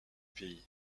pays